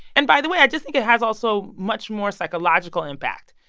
and by the way, i just think it has also much more psychological impact.